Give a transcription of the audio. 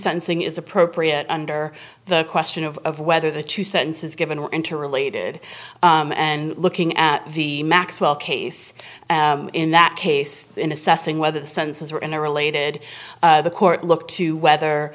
sentencing is appropriate under the question of whether the two sentences given were interrelated and looking at the maxwell case in that case in assessing whether the sentences were in a related the court look to whether